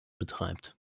betreibt